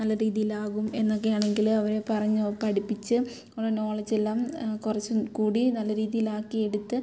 നല്ല രീതിയിൽ ആകും എന്നൊക്കെ ആണെങ്കിൽ അവരെ പറഞ്ഞ് പഠിപ്പിച്ച് അവരെ നോളജ് എല്ലാം കുറച്ചും കൂടി നല്ല രീതിയിൽ ആക്കി എടുത്ത്